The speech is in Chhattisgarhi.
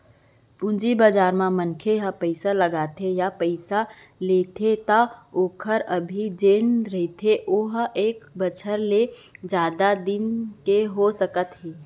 पूंजी बजार म मनखे ह पइसा लगाथे या पइसा लेथे त ओखर अबधि जेन रहिथे ओहा एक बछर ले जादा दिन के हो सकत हे